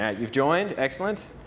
you've joined. excellent.